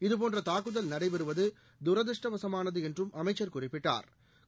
இதுபோன்ற தாக்குதல் நடைபெறுவது துரதிருஷ்டவசமானது என்றும் அமைச்ச் குறிப்பிட்டா்